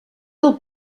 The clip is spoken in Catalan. del